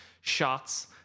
shots